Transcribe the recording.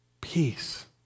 peace